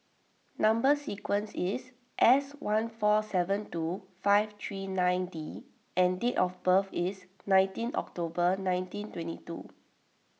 Number Sequence is S one four seven two five three nine D and date of birth is nineteen October nineteen twenty two